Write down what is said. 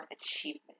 achievement